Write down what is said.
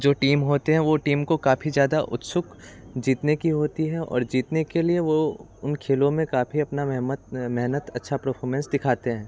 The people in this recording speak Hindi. जो टीम होते हैं वह टीम को काफ़ी ज़्यादा उत्सुक जीतने की होती है और जीतने के लिए वे उन खेलों में काफ़ी अपनी मेहमत मेहनत अच्छा परफॉरमेंस दिखाते हैं